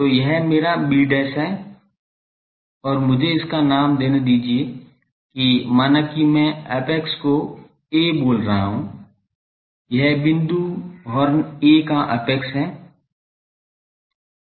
तो यह मेरा b है और मुझे इसका नाम देने दीजिये कि माना की मैं अपैक्स को A बोल रहा हूँ यह बिंदु हॉर्न ए का अपैक्स है